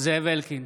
זאב אלקין,